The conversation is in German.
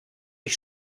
ich